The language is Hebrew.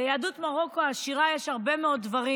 ליהדות מרוקו יש הרבה מאוד דברים,